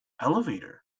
elevator